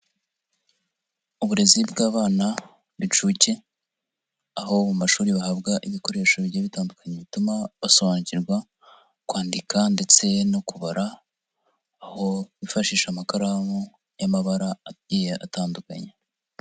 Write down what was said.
Uburezi bw'abana b'inshuke, aho mu mashuri bahabwa ibikoresho bigiye bitandukanye bituma basobanukirwa kwandika ndetse no kubara, aho bifashisha amakaramu y'amabara agiye atandukanye.